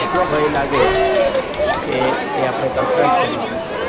એટલો ભય લાગે કે એ આપણે કલ્પના જ કરી શકીએ